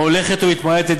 ההולכת ומתמעטת,